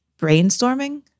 brainstorming